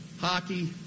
hockey